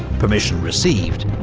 permission received,